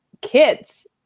kids